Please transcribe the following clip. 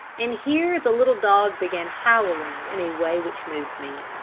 and here the little dog began howling in a way which moved me.